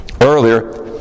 earlier